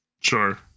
Sure